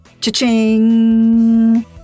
Cha-ching